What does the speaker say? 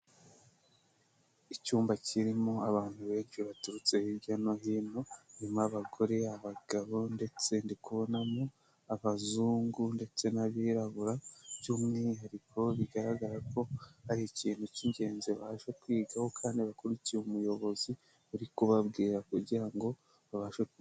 Icyumba kirimo abantu benshi baturutse hirya no hino, harimo abagore, abagabo ndetse ndikubonamo abazungu ndetse n'abirabura by'umwihariko bigaragara ko hari ikintu cy'ingenzi baje kwigaho kandi bakurikiye umuyobozi uri kubabwira kugira ngo babashe kumva.